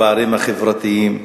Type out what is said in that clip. הפערים החברתיים,